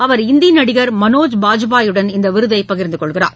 அவர் இந்திநடிகர் மனோஜ் பாஜ்பாயுடன் இந்தவிருதைபகிர்ந்துகொள்கிறார்